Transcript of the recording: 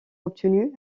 obtenu